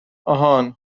آهان